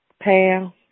Pam